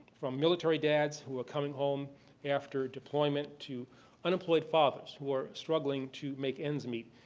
from military dads who are coming home after deployment to unemployed fathers who are struggling to make ends meet.